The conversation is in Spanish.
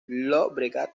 llobregat